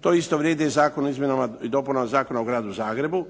To isto vrijedi za Zakon o izmjenama i dopunama Zakona o Gradu Zagreba